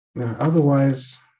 Otherwise